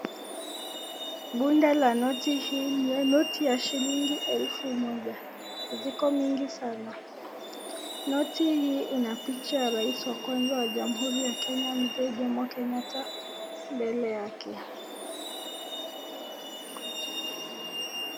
Bunda la noti hii ni ya noti ya elfu moja, ziko mingi sana noti hii inapicha wa rais wa jamhuri Kenya mzee Jomo Kenyatta mbele yake.